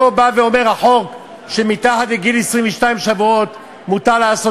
החוק לא בא ואומר שמתחת לגיל 22 שבועות מותר לעשות